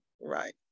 right